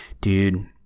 dude